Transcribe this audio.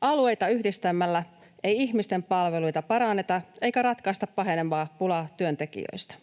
Alueita yhdistämällä ei ihmisten palveluita paranneta eikä ratkaista pahenevaa pulaa työntekijöistä.